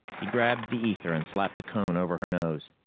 he grabbed the ether and slapped a cone over her nose.